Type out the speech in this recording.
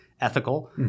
ethical